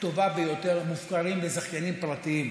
הטובה ביותר, מופקרים לזכיינים פרטיים.